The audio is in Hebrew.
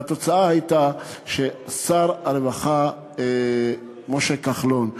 והתוצאה הייתה ששר הרווחה משה כחלון,